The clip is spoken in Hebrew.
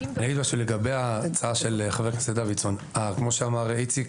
לגבי ההצעה של חבר הכנסת דוידסון כמו שאמר איציק,